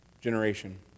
generation